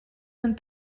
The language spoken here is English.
and